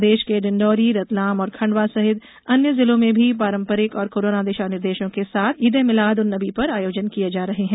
प्रदेश के डिंडौरी रतलाम और खंडवा सहित अन्य जिलों में भी पारम्परिक और कोरोना दिशा निर्देशों के साथ ईद ए मीलाद उन नबी पर आयोजन किये जा रहे हैं